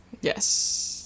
yes